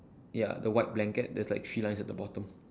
ya the white blanket there's like three lines at the bottom